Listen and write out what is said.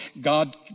God